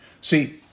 See